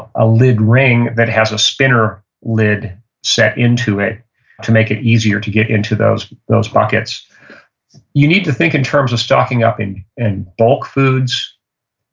ah lid ring that has a spinner lid set into it to make it easier to get into those those buckets you need to think in terms of stocking up in in bulk foods,